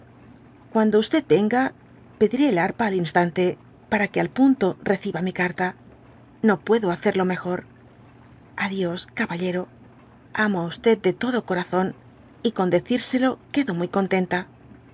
cuando venga pediré el harpa al instante para que al punto reciba mi carta no puedo hacerlo mejor a dios caballero amo á'qde todo corazón y con decírselo quedo muy contenta